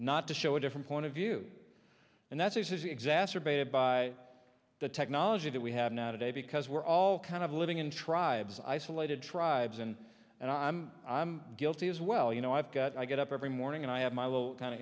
not to show a different point of view and that's is exacerbated by the technology that we have now today because we're all kind of living in tribes isolated tribes and and i'm i'm guilty as well you know i've got i get up every morning and i have my little kind of